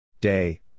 Day